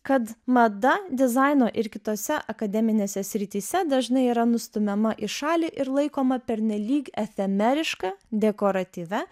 kad mada dizaino ir kitose akademinėse srityse dažnai yra nustumiama į šalį ir laikoma pernelyg efemeriška dekoratyvia